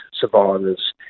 survivors